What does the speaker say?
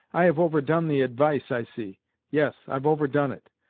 i have overdone the advice, i see yes, i've overdone it,